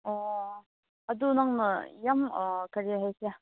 ꯑꯣ ꯑꯗꯨ ꯅꯪꯅ ꯌꯥꯝ ꯀꯔꯤ ꯍꯥꯏꯁꯤꯔ